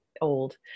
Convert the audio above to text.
old